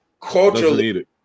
culturally